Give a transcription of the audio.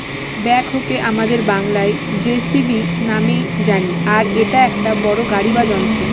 ব্যাকহোকে আমাদের বাংলায় যেসিবি নামেই জানি আর এটা একটা বড়ো গাড়ি বা যন্ত্র